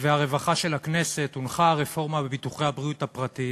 הרווחה והבריאות של הכנסת הונחה הרפורמה בביטוחי הבריאות הפרטיים,